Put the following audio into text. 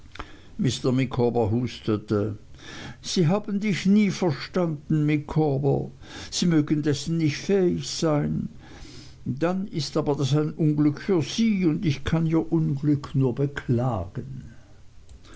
hustete sie haben dich nie verstanden micawber sie mögen dessen nicht fähig sein dann ist das aber ein unglück für sie und ich kann ihr unglück nur beklagen